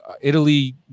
Italy